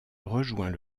rejoint